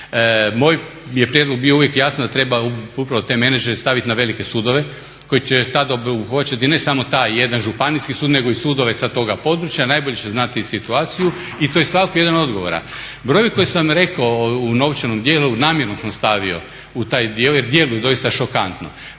Moj je prijedlog bio uvijek jasan da treba upravo te menadžere staviti na velike sudove koji će tada obuhvaćati ne samo taj jedan županijski sud nego i sudove sa toga područja, najbolje će znati i situaciju i to je …/Govornik se ne razumije./… odgovora. Brojevi koje sam rekao u novčanom dijelu namjerno sam stavio u taj dio jer djeluju doista šokantno,